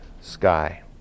sky